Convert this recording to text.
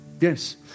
Yes